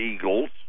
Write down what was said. Eagles